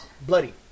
bloody